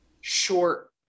short